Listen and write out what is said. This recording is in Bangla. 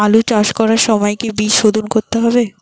আলু চাষ করার সময় কি বীজ শোধন করতে হবে?